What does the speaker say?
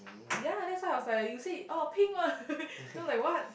ya that's why I was like you say oh pink [what] then I was like what